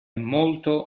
molto